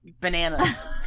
bananas